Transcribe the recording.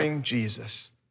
Jesus